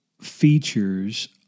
features